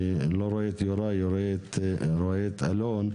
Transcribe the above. אני לא רואה את יוראי אבל רואה את אלון.